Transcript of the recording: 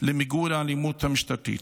למיגור האלימות המשטרתית.